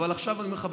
יואב,